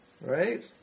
right